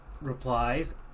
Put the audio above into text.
replies